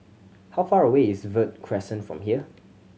how far away is Verde Crescent from here